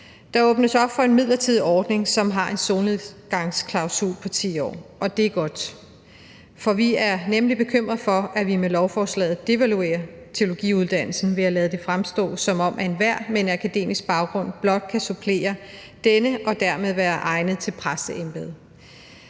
Der åbnes op for en midlertidig ordning, som har en solnedgangsklausul på 10 år, og det er godt. For vi er nemlig bekymrede for, at vi med lovforslaget devaluerer teologiuddannelsen ved at lade det fremstå, som om enhver med en akademisk baggrund blot kan supplere denne og dermed være egnet til præsteembedet.